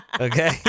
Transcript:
Okay